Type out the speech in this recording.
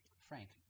Frank